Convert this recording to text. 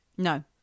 No